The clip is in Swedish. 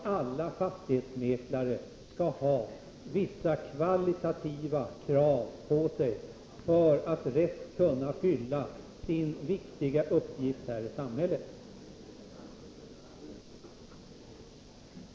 På alla fastighetsmäklare skall kunna ställas vissa kvalitativa krav på att de rätt kan fylla sin viktiga uppgift här i samhället.